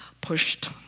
pushed